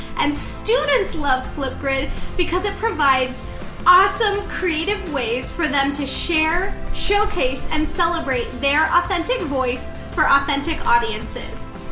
and students love flipgrid because it provides awesome, creative ways for them to share, showcase, and celebrate their authentic voice for authentic audiences.